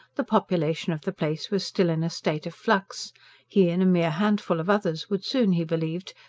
the population of the place was still in a state of flux he and a mere handful of others would soon, he believed,